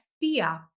fear